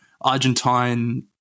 Argentine